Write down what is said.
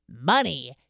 money